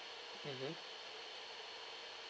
mmhmm